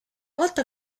volta